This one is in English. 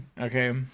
Okay